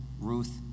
Ruth